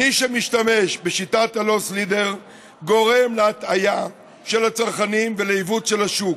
מי שמשתמש בשיטת ה"לוס לידר" גורם להטעיה של הצרכנים ולעיוות של השוק.